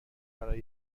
برای